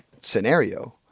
scenario